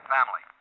Family